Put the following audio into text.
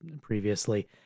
previously